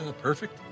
Perfect